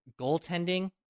goaltending